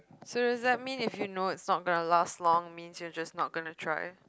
so that does mean if you know it's not gonna last long means you're not gonna try